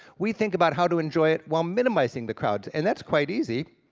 we think about how to enjoy it while minimizing the crowds. and that's quite easy,